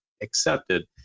accepted